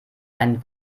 ein